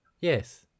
yes